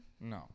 no